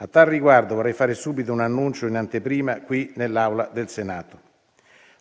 A tal riguardo, vorrei fare subito un annuncio in anteprima qui nell'Aula del Senato.